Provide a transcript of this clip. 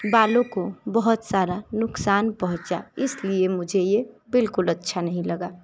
बालों को बहुत सारा नुकसान पहुंचा इसलिए मुझे ये बिलकुल अच्छा नहीं लगा